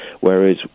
whereas